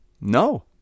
No